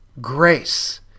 grace